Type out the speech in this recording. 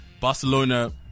Barcelona